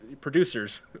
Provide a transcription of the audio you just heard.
producers